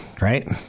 right